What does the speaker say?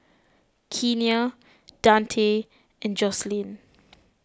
Kenia Dante and Joselyn